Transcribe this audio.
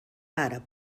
àrab